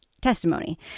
testimony